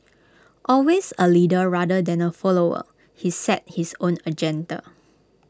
always A leader rather than A follower he set his own agenda